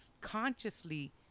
consciously